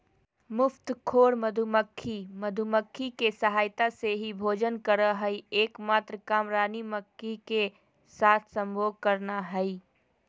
मुफ्तखोर मधुमक्खी, मधुमक्खी के सहायता से ही भोजन करअ हई, एक मात्र काम रानी मक्खी के साथ संभोग करना हई